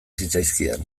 zitzaizkidan